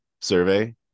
survey